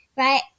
Right